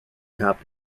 topped